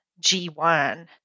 G1